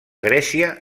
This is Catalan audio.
grècia